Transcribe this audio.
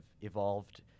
evolved